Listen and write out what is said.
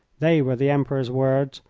they were the emperor's words,